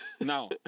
Now